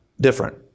different